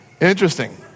interesting